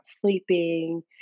sleeping